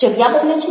જગ્યા બદલે છે